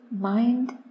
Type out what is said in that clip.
mind